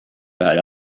that